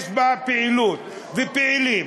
יש בה פעילות ופעילים